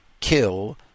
kill